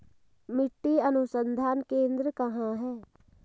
मिट्टी अनुसंधान केंद्र कहाँ है?